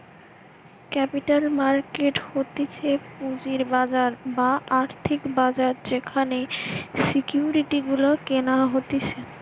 capital market হতিছে পুঁজির বাজার বা আর্থিক বাজার যেখানে সিকিউরিটি গুলা কেনা হতিছে